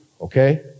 okay